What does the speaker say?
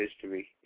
history